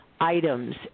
items